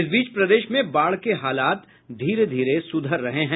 इस बीच प्रदेश में बाढ़ के हालात धीरे धीरे सुधर रहे हैं